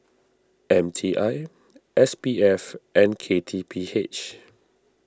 M T I S P F and K T P H